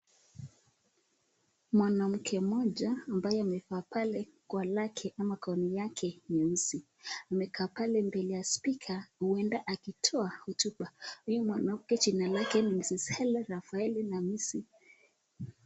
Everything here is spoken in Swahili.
Mwanamke moja ambaye amekaa gown yake nyeusi amekaa pale kwa spika huenda kutoa hotuba, huyu mwanamke jina lake miss Hellen Rafaeli.